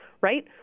right